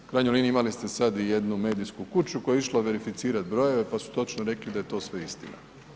U krajnjoj liniji imali ste sad i jednu medijsku kuću koja je išla verificirati brojeve pa su točno rekli da je to sve istina.